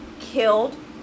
Killed